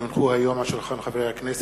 הוא יידחה ליום ראשון 16 בחודש.